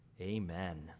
amen